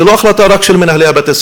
זאת לא החלטה רק של מנהלי בתי-הספר,